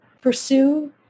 pursue